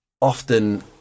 Often